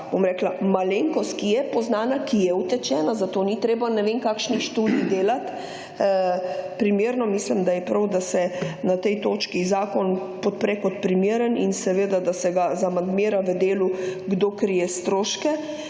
malenkost, ki je poznana, ki je utečena, zato ni treba ne vem kakšnih študij delati, primerno mislim, da je prav, da se na tej točki zakon podpre kot primeren in seveda, da se ga zamandmira v delu kdo krije stroški